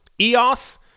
EOS